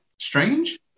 strange